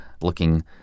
looking